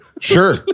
Sure